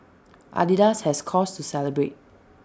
Adidas has cause to celebrate